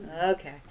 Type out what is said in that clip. Okay